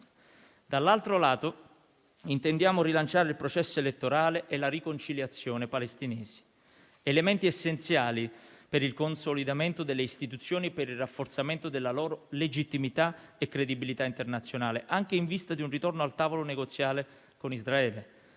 Dall'altro lato, intendiamo rilanciare il processo elettorale e la riconciliazione palestinese: elementi essenziali per il consolidamento delle istituzioni e per il rafforzamento della loro legittimità e credibilità internazionale, anche in vista di un ritorno al tavolo negoziale con Israele.